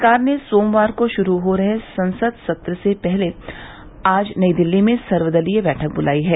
सरकार ने सोमवार को शुरू हो रहे संसद सत्र से पहले आज नई दिल्ली में सर्वदलीय बैठक बुलाई है